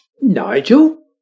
Nigel